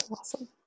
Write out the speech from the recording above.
awesome